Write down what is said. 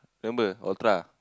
remember Ultra